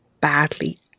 badly